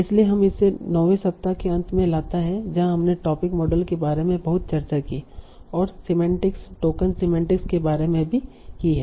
इसलिए यह हमें इस नौवें सप्ताह के अंत में लाता है जहां हमने टोपिक मॉडल के बारे में बहुत चर्चा की और सीमेनटिक्स टोकन सीमेनटिक्स के बारे में भी की है